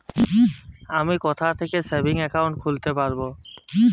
আমি কোথায় থেকে সেভিংস একাউন্ট খুলতে পারবো?